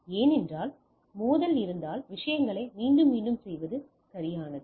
ஏனென்றால் மோதல் இருந்தால் விஷயங்களை மீண்டும் மீண்டும் செய்வது சரியானது